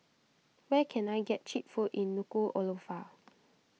where can I get Cheap Food in Nuku'alofa